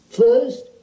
First